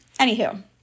Anywho